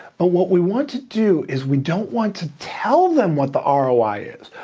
but what we want to do is we don't want to tell them what the um roi yeah is.